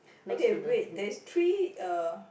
okay wait there is three uh